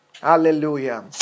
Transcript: Hallelujah